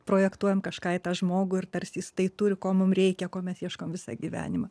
projektuojam kažką į tą žmogų ir tarsi jis tai turi ko mum reikia ko mes ieškom visą gyvenimą